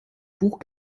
buch